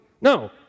No